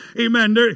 Amen